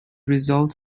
result